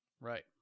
Right